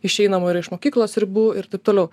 išeinama ir iš mokyklos ribų ir taip toliau